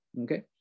Okay